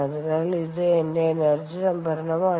അതിനാൽ ഇത് എന്റെ എനർജി സംഭരണനമാണ്